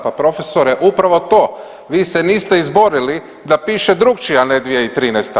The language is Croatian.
Pa profesore upravo to, vi se niste izborili da piše drukčije, a ne 2013.